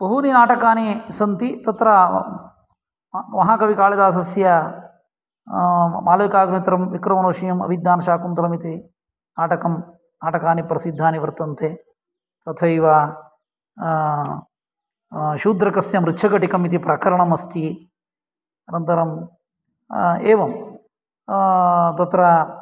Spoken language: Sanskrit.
बहूनि नाटकानि सन्ति तत्र महाकविकालिदासस्य मालविकाग्निमित्रं विक्रमोर्वशीयम् अभिज्ञानशाकुन्तलम् इति नाटकं नाटकानि प्रसिद्धानि वर्तन्ते तथैव शूद्रकस्य मृच्छकटिकम् इति प्रकरणम् अस्ति अनन्तरम् एवं तत्र